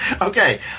Okay